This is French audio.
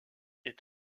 est